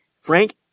Frank